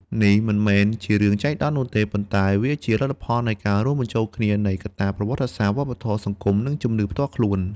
នេះមិនមែនជារឿងចៃដន្យនោះទេ ប៉ុន្តែវាជាលទ្ធផលនៃការរួមបញ្ចូលគ្នានៃកត្តាប្រវត្តិសាស្ត្រ វប្បធម៌ សង្គម និងជំនឿផ្ទាល់ខ្លួន។